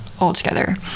altogether